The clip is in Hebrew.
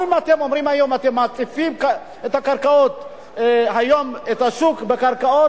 גם אם אתם אומרים היום שאתם מציפים את השוק בקרקעות,